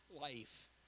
life